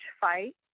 fight